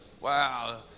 Wow